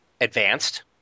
advanced